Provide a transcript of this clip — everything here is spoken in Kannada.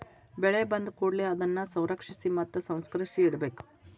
ಬೆಳೆ ಬಂದಕೂಡಲೆ ಅದನ್ನಾ ಸಂರಕ್ಷಿಸಿ ಮತ್ತ ಸಂಸ್ಕರಿಸಿ ಇಡಬೇಕು